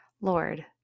Lord